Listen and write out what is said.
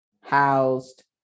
housed